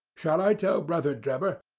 shall i tell brother drebber?